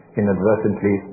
inadvertently